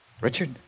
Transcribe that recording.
Richard